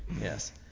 Yes